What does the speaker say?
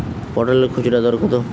পটলের খুচরা দর কত?